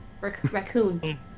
Raccoon